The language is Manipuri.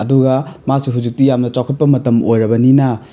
ꯑꯗꯨꯒ ꯃꯥꯁꯦ ꯍꯧꯖꯤꯛꯇꯤ ꯌꯥꯝꯅ ꯆꯥꯎꯈꯠꯄ ꯃꯇꯝ ꯑꯣꯏꯔꯕꯅꯤꯅ